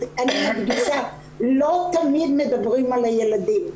אני מדגישה שלא תמיד מדברים על הילדים.